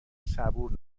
صبور